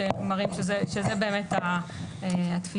שמראים שזאת התפיסה